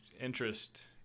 interest